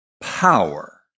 power